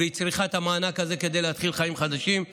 והיא צריכה את המענק הזה כדי להתחיל חיים חדשים.